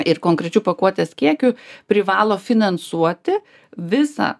ir konkrečiu pakuotės kiekiu privalo finansuoti visą